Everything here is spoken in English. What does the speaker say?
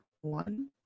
one